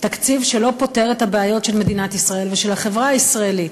תקציב שלא פותר את הבעיות של מדינת ישראל ושל החברה הישראלית,